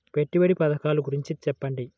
పెట్టుబడి పథకాల గురించి చెప్పండి?